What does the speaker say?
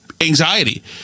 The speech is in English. anxiety